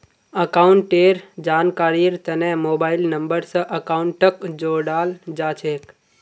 अकाउंटेर जानकारीर तने मोबाइल नम्बर स अकाउंटक जोडाल जा छेक